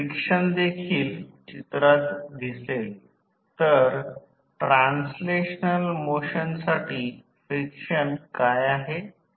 हे short circuit विद्युत प्रवाह प्रमाणेच आहे हे व्होल्टमीटर ने जोडलेले आहे वॅटमीटर ने जोडलेले आहे आणि हे अॅमेटर आहे आणि ज्याला कमी व्होल्टेज शॉर्ट सर्किट म्हणतात ते शॉर्ट केले जाते